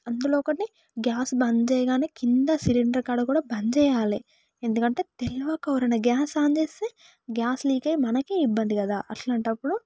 అందులో ఒకటి గ్యాస్ బంద్ చేయగానే కింద సిలిండర్ కాడ కూడా బంద్ చేయాలి ఎందుకంటే తెలియక ఎవరైనా గ్యాస్ ఆన్ చేస్తే గ్యాస్ లీక్ అయి మనకు ఇబ్బంది కదా అలాంటప్పుడు